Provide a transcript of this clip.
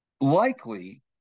likely